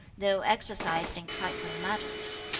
though exercised in trifling matters.